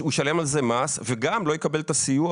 הוא ישלם על זה מס וגם לא יקבל את הסיוע